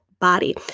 Body